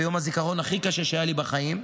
ביום הזיכרון הכי קשה שהיה לי בחיים.